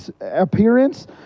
appearance